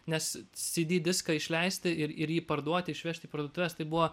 nes cd diską išleisti ir ir jį parduoti išvežti į parduotuves tai buvo